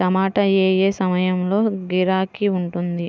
టమాటా ఏ ఏ సమయంలో గిరాకీ ఉంటుంది?